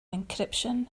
encryption